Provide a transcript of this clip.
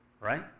right